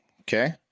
Okay